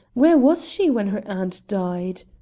where was she when her aunt died?